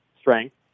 strength